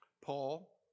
Paul